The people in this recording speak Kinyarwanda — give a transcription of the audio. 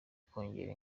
kongera